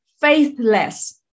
faithless